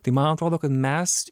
tai man atrodo kad mes